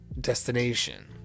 destination